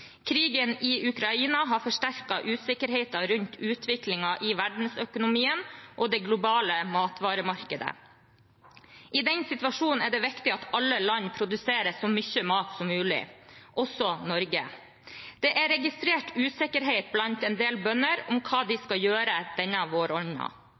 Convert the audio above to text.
Krigen i Ukraina har forsterket usikkerheten rundt utviklingen i verdensøkonomien og det globale matvaremarkedet. I den situasjonen er det viktig at alle land produserer så mye mat som mulig, også Norge. Det er registrert usikkerhet blant en del bønder om hva de